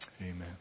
Amen